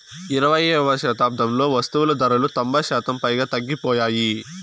ఇరవైయవ శతాబ్దంలో వస్తువులు ధరలు తొంభై శాతం పైగా తగ్గిపోయాయి